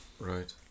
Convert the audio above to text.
Right